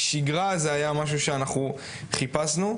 שיגרה - היה משהו שאנחנו חיפשנו.